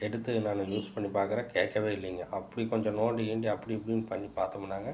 எடுத்து நான் யூஸ் பண்ணி பார்க்கறேன் கேட்கவே இல்லைங்க அப்படி கொஞ்சம் நோண்டி கீண்டி அப்படி இப்படின்னு பண்ணி பார்த்தோம்னாங்க